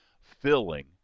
filling